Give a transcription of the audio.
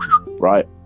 right